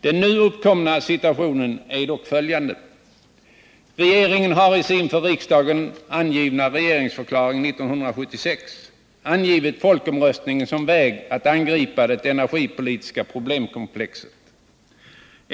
Den nu uppkomna situationen är dock följande: Regeringen har i sin för riksdagen avgivna regeringsförklaring 1976 angivit folkomröstningen som väg att angripa det energipolitiska problemkomplexet.